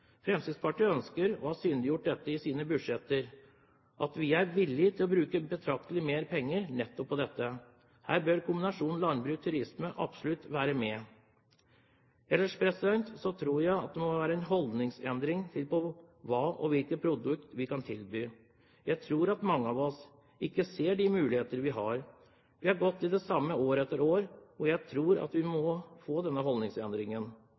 Fremskrittspartiet ønsker, og har synliggjort dette i sine budsjetter, at vi er villige til å bruke betraktelig mer penger nettopp på dette. Her bør kombinasjonen landbruk og turisme absolutt være med. Ellers tror jeg det må en holdningsendring til med hensyn til hva og hvilke produkter vi kan tilby. Jeg tror at mange ikke ser de mulighetene vi har. Vi har gått i det samme år etter år, og jeg tror at vi må få